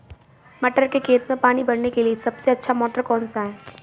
मटर के खेत में पानी भरने के लिए सबसे अच्छा मोटर कौन सा है?